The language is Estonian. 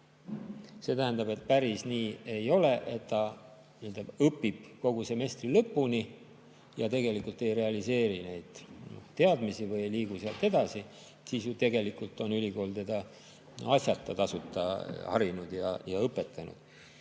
See tähendab, et päris nii ei ole, et ta õpib kogu semestri lõpuni ja ei realiseeri neid teadmisi või ei liigu sealt edasi, sest siis on ülikool teda justkui asjata tasuta harinud ja õpetanud.